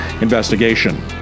investigation